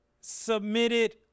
Submitted